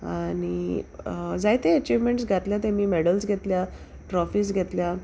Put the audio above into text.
आनी जायते अचीवमेंट्स घातल्या तेमी मॅडल्स घेतल्या ट्रॉफीज घेतल्या